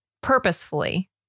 purposefully